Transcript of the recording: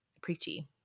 preachy